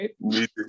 right